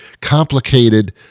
Complicated